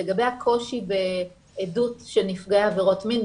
לגבי הקושי בעדות של נפגע עבירות מין,